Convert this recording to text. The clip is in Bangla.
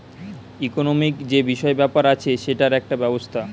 ইকোনোমিক্ যে বিষয় ব্যাপার আছে সেটার একটা ব্যবস্থা